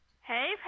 Hey